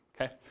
okay